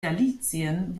galizien